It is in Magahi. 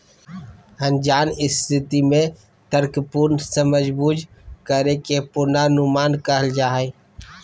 अनजान स्थिति में तर्कपूर्ण समझबूझ करे के पूर्वानुमान कहल जा हइ